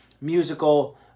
musical